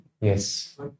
Yes